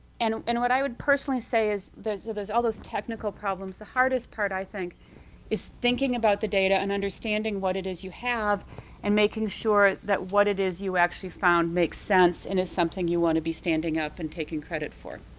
and and what i would personally say is there's there's all those technical problems, the hardest part i think is thinking about the data and understanding what it is you have and making sure that what it is you actually found makes sense and is something you want to be standing up and taking credit for.